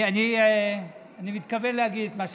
אני מתכוון להגיד את מה שרצית.